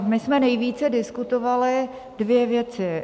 My jsme nejvíce diskutovali dvě věci.